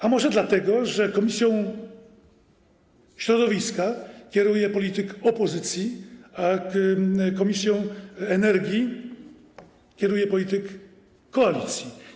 A może dlatego, że komisją środowiska kieruje polityk opozycji, a komisją energii kieruje polityk koalicji?